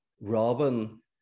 Robin